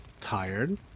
tired